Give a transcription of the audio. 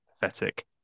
Pathetic